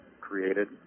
created